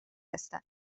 هستن